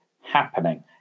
happening